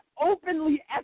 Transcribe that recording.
openly